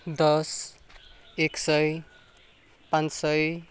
दस एक सय पाँच सय